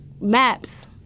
maps